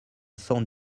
cent